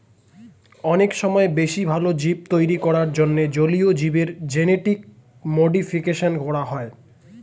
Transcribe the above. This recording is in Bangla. অনেক সময় বেশি ভালো জীব তৈরী করার জন্যে জলীয় জীবের জেনেটিক মডিফিকেশন করা হয়